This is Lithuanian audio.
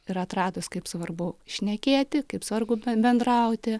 ir atradus kaip svarbu šnekėti kaip svargu ben bendrauti